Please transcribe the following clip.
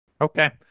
Okay